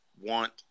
want